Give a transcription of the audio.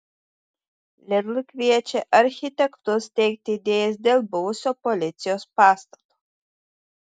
lidl kviečia architektus teikti idėjas dėl buvusio policijos pastato